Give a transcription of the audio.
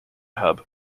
hub